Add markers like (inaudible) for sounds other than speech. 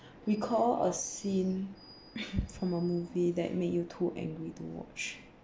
recall a scene (coughs) from a movie that made you too angry to watch